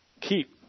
keep